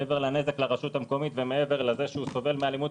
מעבר לנזק לרשות המקומית ומעבר לזה שהוא סובל מאלימות